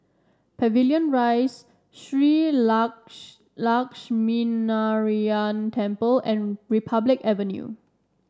Pavilion Rise Shree Lakshminarayanan Temple and Republic Avenue